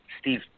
Steve